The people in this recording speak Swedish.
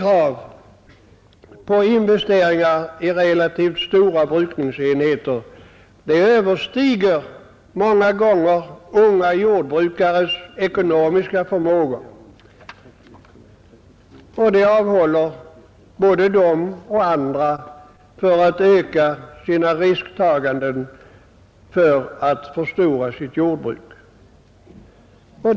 Kravet på investeringar i relativt stora brukningsenheter överstiger många gånger unga jordbrukares ekonomiska förmåga och avhåller både dem och andra från att öka sina risktaganden för att förstora sitt jordbruk.